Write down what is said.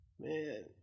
Man